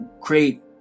create